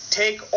take